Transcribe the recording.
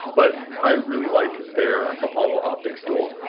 but i really like their apollo optics tool.